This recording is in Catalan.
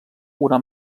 una